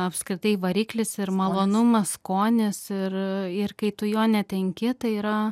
apskritai variklis ir malonumas skonis ir ir kai tu jo netenki tai yra